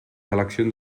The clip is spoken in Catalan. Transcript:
eleccions